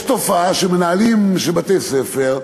יש תופעה, מנהלים של בתי-ספר,